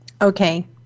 Okay